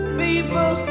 people